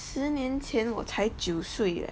十年前我才九岁 leh